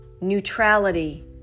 neutrality